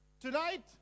Tonight